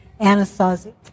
Anasazi